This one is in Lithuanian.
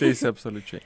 teisi absoliučiai